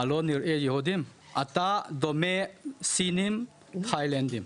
אתה לא נראה יהודי, אתה דומה לסינים ותאילנדים".